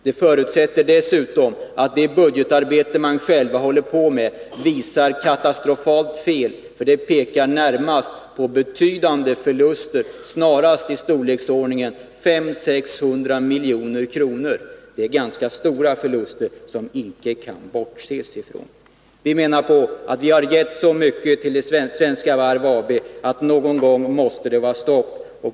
Det förutsätter dessutom att det budgetarbete koncernledningen själv håller på med visar katastrofalt fel, för det pekar på betydande förluster, snarast i storleksordningen 500 å 600 milj.kr. Det är ganska stora summor, som inte kan bortses ifrån. Vi menar på att vi har givit så mycket till Svenska Varv AB att någon gång måste det vara stopp.